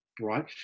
right